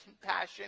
compassion